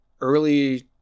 Early